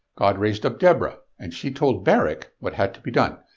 god raised up deborah, and she told barak what had to be done.